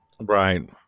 Right